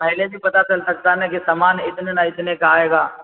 پہلے بھی پتہ چل سکتا ہے نا کہ سامان اتنے نا اتنے کا آئے گا